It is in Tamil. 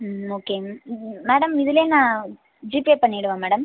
ம் ஓகே ம் மேடம் இதுலேயே நான் ஜிபே பண்ணிடவா மேடம்